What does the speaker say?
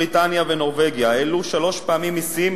בריטניה ונורבגיה העלו שלוש פעמים מסים,